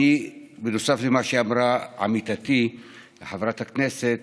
נוסף על מה שאמרה עמיתתי חברת הכנסת